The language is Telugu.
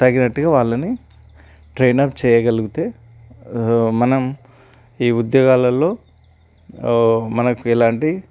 తగినట్టుగా వాళ్ళని ట్రైనప్ చేయగలిగితే మనం ఈ ఉద్యోగాలలో మనకు ఎలాంటి